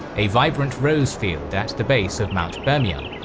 a vibrant rose field at the base of mount bermion.